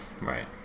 Right